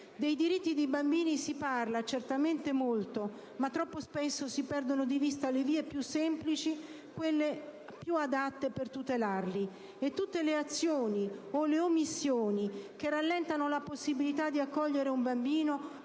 Dei diritti dei bambini si parla certamente molto, ma troppo spesso si perdono di vista le vie più semplici, quelle più adatte a tutelarli. E dobbiamo sapere che tutte le azioni o le omissioni che rallentano la possibilità di accogliere un bambino